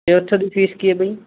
ਅਤੇ ਉੱਥੇ ਦੀ ਫੀਸ ਕੀ ਹੈ ਬਾਈ